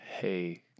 hey